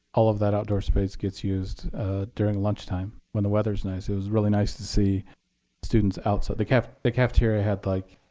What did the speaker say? all of that outdoor space gets used during lunchtime, when the weather's nice. it was really nice to see students outside. the kind of the cafeteria had like